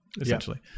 essentially